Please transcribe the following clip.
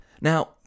Now